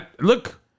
Look